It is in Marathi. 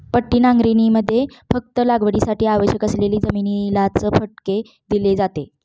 पट्टी नांगरणीमध्ये फक्त लागवडीसाठी आवश्यक असलेली जमिनीलाच फटके दिले जाते